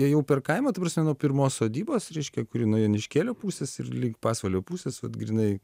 ėjau per kaimą ta prasme nuo pirmos sodybos reiškia kuri nuo joniškėlio pusės ir link pasvalio pusės vat grynai